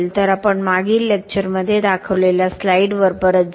तर आपण मागील लेक्चरमध्ये दाखवलेल्या स्लाइडवर परत जाऊ